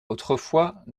autrefois